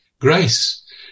grace